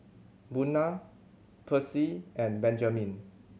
Buna Percy and Benjamin